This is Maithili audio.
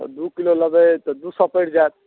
तऽ दुइ किलो लेबै तऽ दुइ सओ पड़ि जाएत